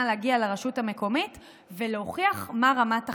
להגיע לרשות המקומית ולהוכיח מה רמת הכנסתם.